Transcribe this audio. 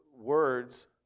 Words